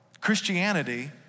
Christianity